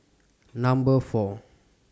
Number four